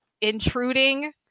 intruding